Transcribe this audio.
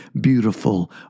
beautiful